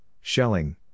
shelling